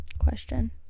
Question